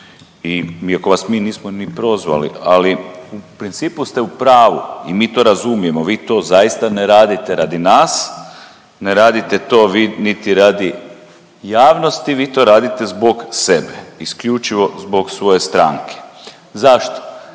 iako vas mi nismo ni prozvali, ali u principu ste u pravu i mi to razumijemo. Vi to zaista ne radite radi nas, ne radite to vi niti radi javnosti. Vi to radite zbog sebe, isključivo zbog svoje stranke. Zašto?